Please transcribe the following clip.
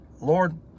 Lord